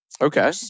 Okay